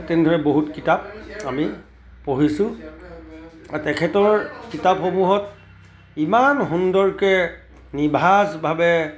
তেনেধৰণে আমি বহুত কিতাপ আমি পঢ়িছোঁ তেখেতৰ কিতাপসমূহত ইমান সুন্দৰকৈ নিভাঁজভাৱে